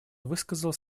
высказал